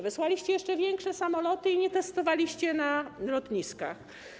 Wysłaliście jeszcze większe samoloty i nie testowaliście na lotniskach.